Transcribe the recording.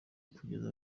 kugeza